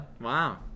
Wow